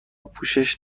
پوشش